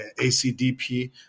ACDP